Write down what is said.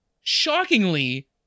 Shockingly